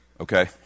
Okay